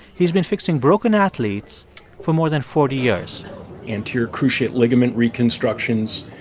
he's been fixing broken athletes for more than forty years anterior cruciate ligament reconstructions,